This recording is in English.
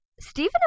Stephen